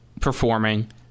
performing –